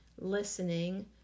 listening